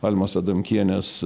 almos adamkienės